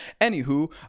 Anywho